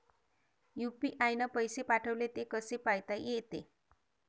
UPI न पैसे पाठवले, ते कसे पायता येते?